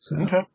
Okay